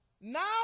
Now